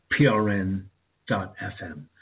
prn.fm